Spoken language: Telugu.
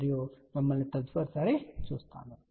మరియు మిమ్మల్ని తదుపరిసారి చూస్తాము